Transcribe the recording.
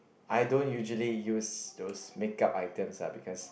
I don't usually use those makeup items ah because